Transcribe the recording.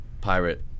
pirate